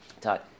todd